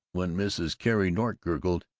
when mrs. carrie nork gurgled,